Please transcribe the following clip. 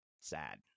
sad